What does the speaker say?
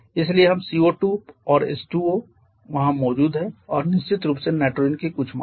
इसलिए हम CO2 और H2O वहां मौजूद हैं और निश्चित रूप से नाइट्रोजन की कुछ मात्रा